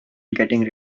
getting